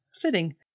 Fitting